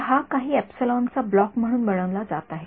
तर हा काही चा ब्लॉक म्हणून बनविला जात आहे